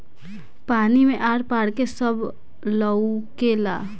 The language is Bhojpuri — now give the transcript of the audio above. पानी मे आर पार के सब लउकेला